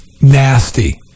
nasty